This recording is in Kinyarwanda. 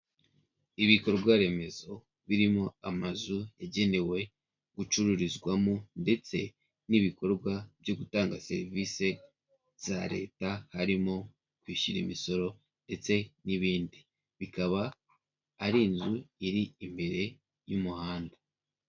Ibikorwa remezo birimo amazu yagenewe gucururizwamo ndetse n'ibikorwa byo gutanga serivisi za leta harimo kwishyura imisoro ndetse n'ibindi bikaba ari inzu iri imbere y'umuhanda.